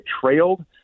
trailed